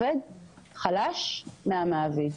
שהעובד חלש מהמעביד.